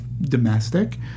domestic